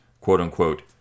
quote-unquote